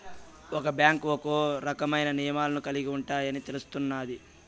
ఒక్క బ్యాంకు ఒక్కో రకమైన నియమాలను కలిగి ఉంటాయని తెలుస్తున్నాది